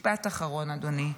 משפט אחרון, אדוני.